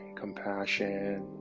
compassion